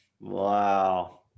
Wow